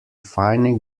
fine